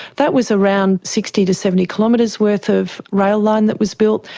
that was around sixty to seventy kilometres worth of rail line that was built.